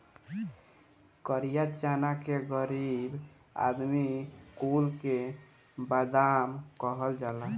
करिया चना के गरीब आदमी कुल के बादाम कहल जाला